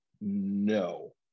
No